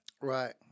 right